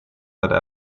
that